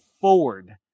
forward